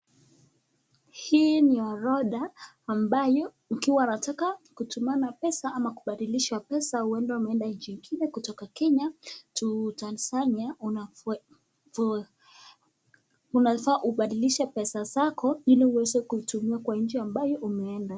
Hii ni orodha ambayo ukiwa unataka kutumana pesa ama kubadilishwa pesa huenda umeenda nchi ingine kutoka Kenya to Tanzania unafaa ubadilishe pesa zako ili uweze kuitumia kwa nchi ambayo umeenda.